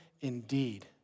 indeed